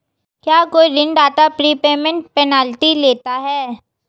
क्या कोई ऋणदाता प्रीपेमेंट पेनल्टी लेता है?